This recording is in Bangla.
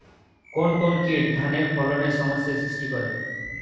কোন কোন কীট ধানের ফলনে সমস্যা সৃষ্টি করে?